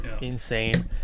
Insane